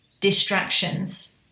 distractions